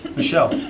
michelle